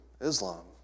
Islam